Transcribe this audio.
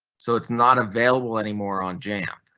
so it's not available anymore on jam.